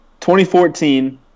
2014